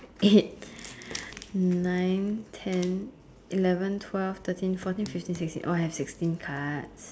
eight nine ten eleven twelve thirteen fourteen fifteen sixteen oh I have sixteen cards